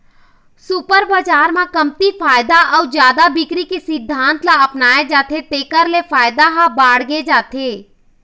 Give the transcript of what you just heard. super bazaar म कमती फायदा अउ जादा बिक्री के सिद्धांत ल अपनाए जाथे तेखर ले फायदा ह बाड़गे जाथे